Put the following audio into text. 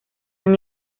han